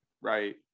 right